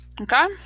okay